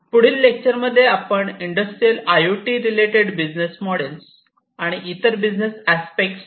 पुढील लेक्चर मध्ये आपण industrial I O T related business model आणि इतर बिझनेस अस्पेक्ट्स याबद्दल पाहू